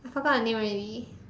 I forget the name already